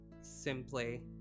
simply